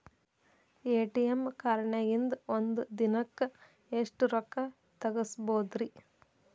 ATM ಕಾರ್ಡ್ನ್ಯಾಗಿನ್ದ್ ಒಂದ್ ದಿನಕ್ಕ್ ಎಷ್ಟ ರೊಕ್ಕಾ ತೆಗಸ್ಬೋದ್ರಿ?